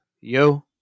Yo